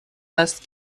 است